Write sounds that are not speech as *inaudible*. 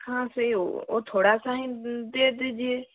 हाँ *unintelligible* थोड़ा सा ही दे दीजिए